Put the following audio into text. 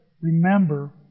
remember